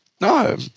No